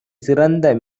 சிறந்த